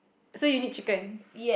so you need chicken